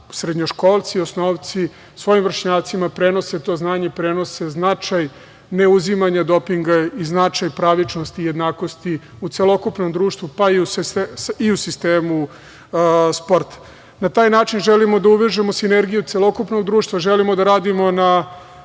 srednjoškolci i osnovci svojim vršnjacima prenose to znanje i prenose značaj ne uzimanja dopinga i značaj pravičnosti i jednakosti u celokupnom društvu, pa i u sistemu sporta. Na taj način želimo da uvežemo sinergiju celokupnog društva, želimo da radimo na